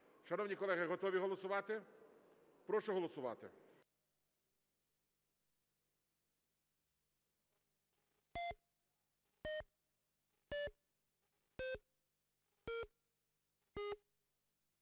Шановні колеги, готові голосувати? Прошу голосувати.